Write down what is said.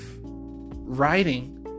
writing